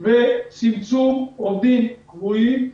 וצמצום עובדים קבועים,